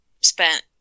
spent